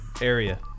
area